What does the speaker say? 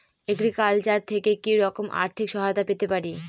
Agriculture থেকে কি রকম আর্থিক সহায়তা পেতে পারি?